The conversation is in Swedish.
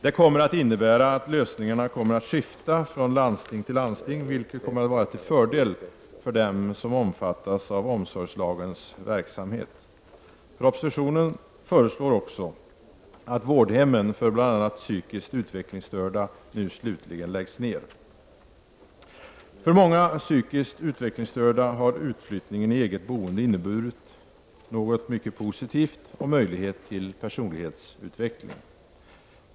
Det kommer att innebära att lösningarna skiftar från landsting till landsting, vilket kommer att vara till fördel för dem som omfattas av omsorgslagens verksamhet. Propositionen föreslår också att vårdhemmen för bl.a. psykiskt utvecklingsstörda nu slutligen läggs ned. För många psykiskt utvecklingsstörda har utflyttningen i eget boende inneburit något mycket positivt och möjlighet till personlighetsutveckling.